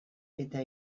eta